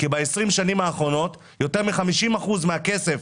כי ב-20 השנים האחרונות יותר מ-50% מהכסף